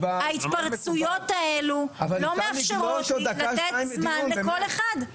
ההתפרצויות האלו לא מאפשרות לי לתת זמן לכל אחד.